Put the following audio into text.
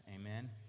Amen